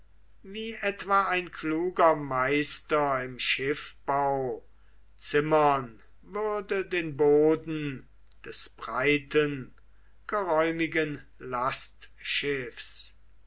wie etwa ein kluger meister im schiffbau zimmern würde den boden des breiten geräumigen